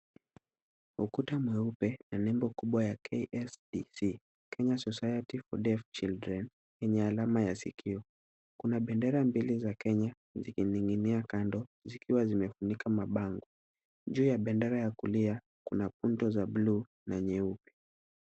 Ukuta mweupe na nembo kubwa ya KSDC- Kenya Society for Deaf Children yenye alama ya sikio. Kuna bendera mbili za kenya zikining'inia kando zikiwa zimefunika mabango. Juu ya bendera ya kulia kuna punto za bluu na nyeupe.